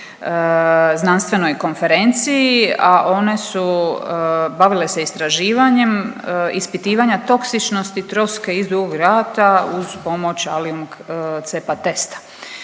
znanstvenoj konferenciji, a one su bavile se istraživanjem ispitivanja toksičnosti troske iz Dugog Rata uz pomoć allium cepa testa.